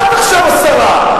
את עכשיו השרה.